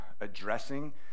addressing